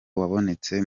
wabonetse